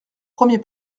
premier